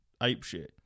apeshit